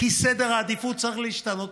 סדר העדיפויות צריך להשתנות.